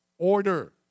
Order